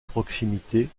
proximité